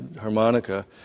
harmonica